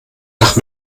nach